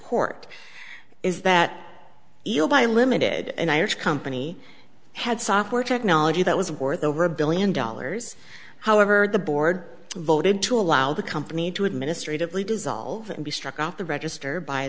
court is that by limited and irish company had software technology that was worth over a billion dollars however the board voted to allow the company to administratively dissolve and be struck off the register by